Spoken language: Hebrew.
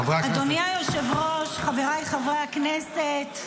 אדוני היושב-ראש, חבריי חברי הכנסת,